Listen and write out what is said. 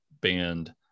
band